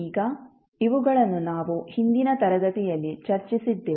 ಈಗ ಇವುಗಳನ್ನು ನಾವು ಹಿಂದಿನ ತರಗತಿಯಲ್ಲಿ ಚರ್ಚಿಸಿದ್ದೇವೆ